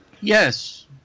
Yes